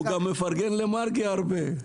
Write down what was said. הוא גם מפרגן למרגי הרבה.